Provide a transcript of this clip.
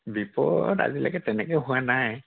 বিপদ আজিলৈকে তেনেকৈ হোৱা নাই